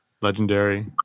legendary